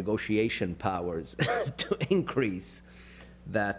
negotiation powers to increase that